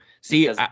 See